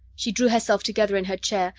she drew herself together in her chair,